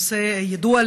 נושא ידוע,